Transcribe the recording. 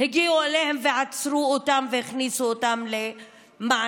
הגיעו אליהם, עצרו אותם והכניסו אותם למעצר.